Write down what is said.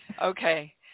Okay